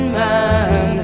man